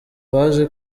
baje